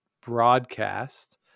broadcast